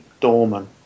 Dorman